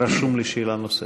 רשום לי לשאלה נוספת.